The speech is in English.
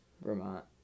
Vermont